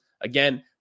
Again